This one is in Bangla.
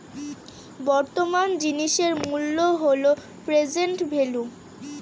বর্তমান জিনিসের মূল্য হল প্রেসেন্ট ভেল্যু